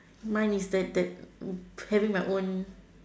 mine is that that having my own